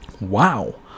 Wow